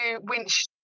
winch